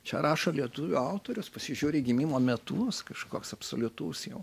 čia rašo lietuvių autorius pasižiūri gimimo metus kažkoks absoliutus jau